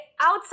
outside